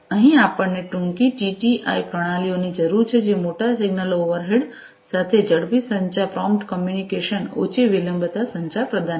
અહીં આપણને ટૂંકી ટિટિઆઇ પ્રણાલીઓની જરૂર છે જે મોટા સિગ્નલ ઓવરહેડ સાથે ઝડપી સંચાર પ્રોમ્પ્ટ કોમ્યુનિકેશન ઓછી વિલંબિતતા સંચાર પ્રદાન કરશે